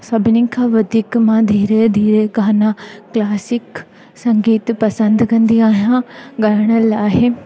सभिनी खां वधीक मां धीरे धीरे गाना क्लासिक संगीत पसंदि कंदी आहियां गायण लाइ